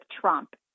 Trump